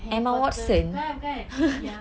yang the bukan bukan yang